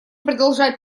продолжать